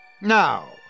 Now